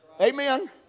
Amen